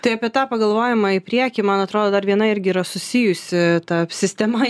tai apie tą pagalvojimą į priekį man atrodo dar viena irgi yra susijusi ta sistema